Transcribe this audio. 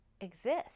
exist